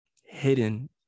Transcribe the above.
hidden